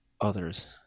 others